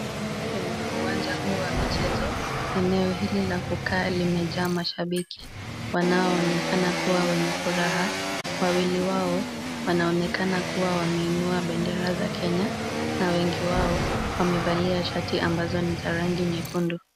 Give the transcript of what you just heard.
Kwenye uwanja huu wa michezo, eneo hili la kukaa limejaa mashabiki wanaoonekana kuwa wenye furaha. Wawili wao, wanaonekana kuwa wameinua bendera za Kenya na wengi wao wamevalia shati ambazo ni za rangi nyekundu.